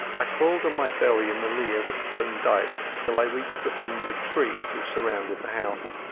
i crawled on my belly in the lee of a stone dyke till i reached the fringe of trees which surrounded the house.